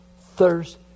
thirst